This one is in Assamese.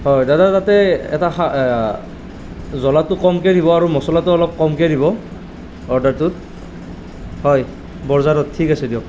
হয় দাদা তাতে এটা জ্বলাতো কমকৈ দিব আৰু মছলাতো অলপ কমকৈ দিব অৰ্ডাৰটোত হয় বৰঝাৰত ঠিক আছে দিয়ক